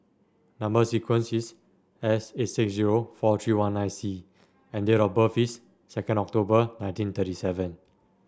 number sequence is S eight six zero four three one nine C and date of birth is second October nineteen thirty seven